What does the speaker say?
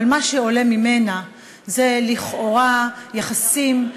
אבל מה שעולה ממנה זה לכאורה יחסים,